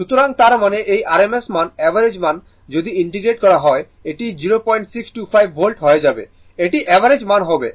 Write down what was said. সুতরাং তার মানে এই RMS মান অ্যাভারেজ মান যদি ইন্টিগ্রেট করা হয় এটি 0625 ভোল্ট হয়ে যাবে এটি অ্যাভারেজ মান হবে